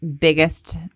biggest